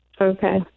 okay